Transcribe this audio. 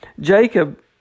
Jacob